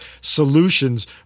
solutions